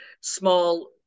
small